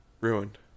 Ruined